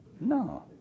No